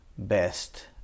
best